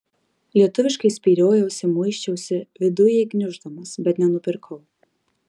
lietuviškai spyriojausi muisčiausi vidujai gniuždamas bet nenupirkau